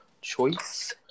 choice